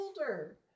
older